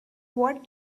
what